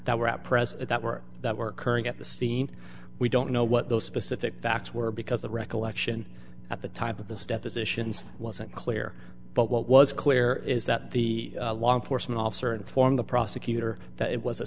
that were at present that were that were current at the scene we don't know what those specific facts were because the recollection at the type of those depositions wasn't clear but what was clear is that the law enforcement officer informed the prosecutor that it was a